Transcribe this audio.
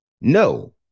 no